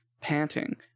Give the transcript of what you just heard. Panting